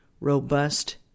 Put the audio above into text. robust